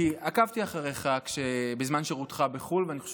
כי עקבתי אחריך בזמן שירותך בחו"ל ואני חושב